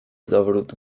zawrót